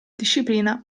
disciplina